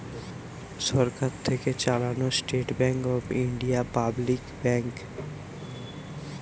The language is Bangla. সরকার থেকে চালানো State Bank of India public bank